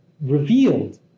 revealed